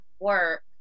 work